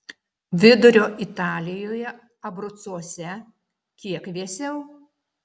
vidurio italijoje abrucuose kiek vėsiau